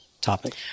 topic